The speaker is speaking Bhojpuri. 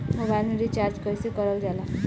मोबाइल में रिचार्ज कइसे करल जाला?